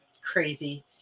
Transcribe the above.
crazy